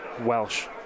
welsh